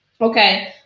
okay